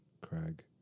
Craig